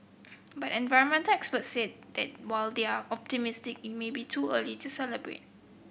but environmental experts say that while they are optimistic it may be too early to celebrate